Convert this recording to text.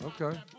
Okay